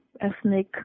ethnic